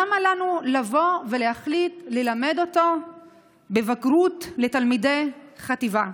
למה לנו לבוא ולהחליט ללמד אותו לבגרות תלמידי חטיבה?